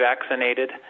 vaccinated